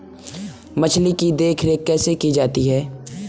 मछली की देखरेख कैसे की जाती है?